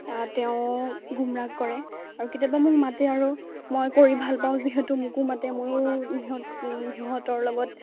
তেওঁ গোমৰাগ কৰে আৰু কেতিয়াবা মোক মাতে আৰু মই কৰি ভাল পাওঁ যিহেতু মোকো মাতে ময়ো সিহঁত সিহঁতৰ লগত